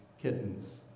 kittens